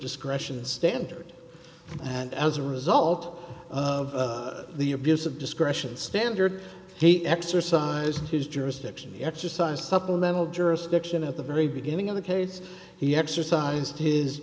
discretion standard and as a result of the abuse of discretion standard he exercised his jurisdiction exercised supplemental jurisdiction at the very beginning of the case he exercised his